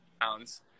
pounds